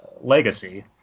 legacy